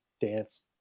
dance